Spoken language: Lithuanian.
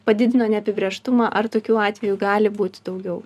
padidino neapibrėžtumą ar tokių atvejų gali būti daugiau